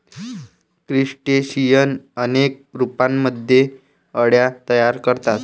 crustacean अनेक रूपांमध्ये अळ्या तयार करतात